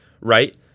Right